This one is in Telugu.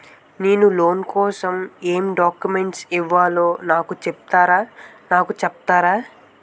నేను లోన్ కోసం ఎం డాక్యుమెంట్స్ ఇవ్వాలో నాకు చెపుతారా నాకు చెపుతారా?